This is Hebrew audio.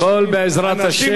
הכול בעזרת השם.